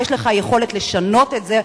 יש לך יכולת לשנות את זה,